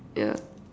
yeah